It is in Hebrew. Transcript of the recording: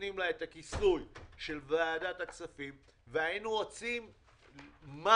נותנים לה את הכיסוי של ועדת הכספים והיינו עושים מרתון.